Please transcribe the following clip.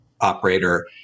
operator